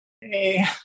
Hey